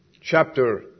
Chapter